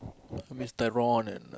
I miss Tyrone and uh